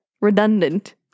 redundant